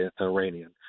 Iranian